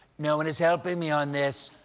no one is helping me on this,